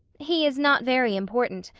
he is not very important,